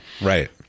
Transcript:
Right